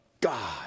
God